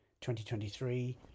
2023